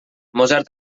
mozart